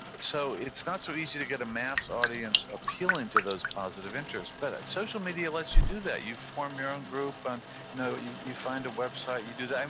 so it's not so easy to get a mass audience appealing to those positive interests, but social media lets you do that. you form your own group. and you you find a website. you do that.